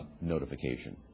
notification